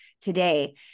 today